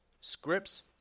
scripts